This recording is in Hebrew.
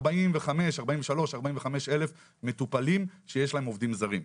45,000-43,000 מטופלים שיש להם עובדים זרים.